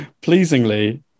Pleasingly